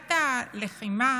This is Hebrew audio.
בתחילת הלחימה